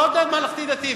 לא ממלכתי-דתי.